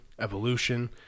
evolution